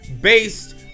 based